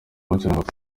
bacuranga